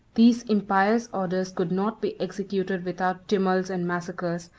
these impious orders could not be executed without tumults and massacres,